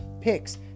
picks